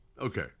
Okay